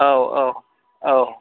औ औ औ